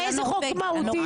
איזה חוק מהותי?